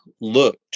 looked